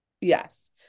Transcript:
Yes